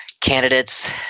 Candidates